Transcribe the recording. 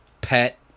pet